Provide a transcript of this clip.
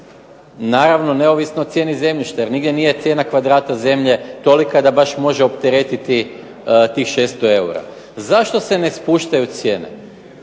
naravno neovisno o cijeni zemljišta jer nigdje nije cijena kvadrata zemlje tolika da baš može opteretiti tih 600 eura. Zašto se ne spuštaju cijene?